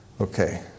okay